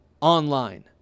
Online